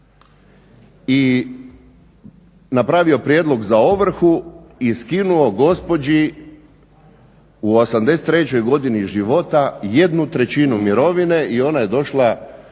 i napravio prijedlog za ovrhu i skinuo gospođi u 83.godini života jednu trećinu mirovine i ona je došla